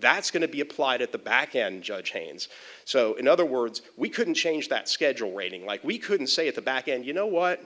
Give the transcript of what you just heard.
that's going to be applied at the backend judge chains so in other words we couldn't change that schedule rating like we couldn't say at the back and you know what